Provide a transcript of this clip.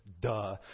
Duh